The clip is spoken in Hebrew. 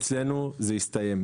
אצלנו זה הסתיים.